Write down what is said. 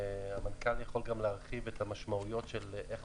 המנכ"ל יכול גם להרחיב את המשמעויות של איך